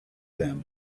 them